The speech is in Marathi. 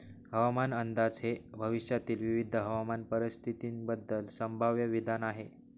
हवामान अंदाज हे भविष्यातील विविध हवामान परिस्थितींबद्दल संभाव्य विधान आहे